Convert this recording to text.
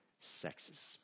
sexes